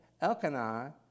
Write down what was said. Elkanah